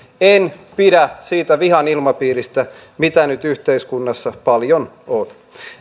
en pidä siitä vihan ilmapiiristä mitä nyt yhteiskunnassa paljon on